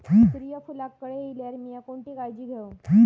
सूर्यफूलाक कळे इल्यार मीया कोणती काळजी घेव?